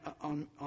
on